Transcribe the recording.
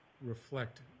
reflect